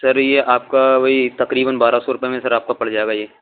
سر یہ آپ کا وہی تقریباً بارہ سو روپئے میں سر آپ کا پڑ جائے گا یہ